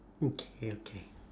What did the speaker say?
okay okay